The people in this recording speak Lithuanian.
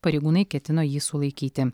pareigūnai ketino jį sulaikyti